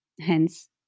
Hence